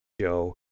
Joe